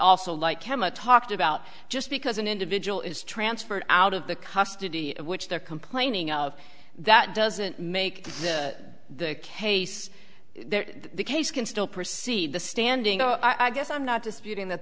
also like kemah talked about just because an individual is transferred out of the custody of which they're complaining of that doesn't make the case the case can still proceed the standing o i guess i'm not disputing that